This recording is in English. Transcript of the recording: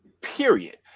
period